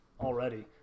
already